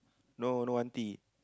no no aunty